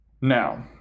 Now